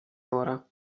ora